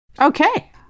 Okay